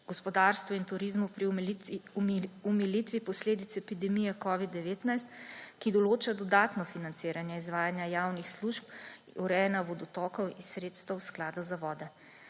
gospodarstvu in turizmu pri omilitvi posledic epidemije COVID-19, ki določa dodatno financiranje izvajanja javnih služb, urejanja vodotokov iz sredstev Sklada za vode.